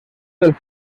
del